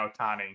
Otani